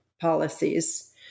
policies